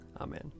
Amen